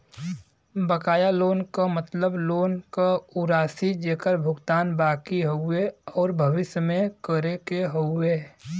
बकाया लोन क मतलब लोन क उ राशि जेकर भुगतान बाकि हउवे आउर भविष्य में करे क हउवे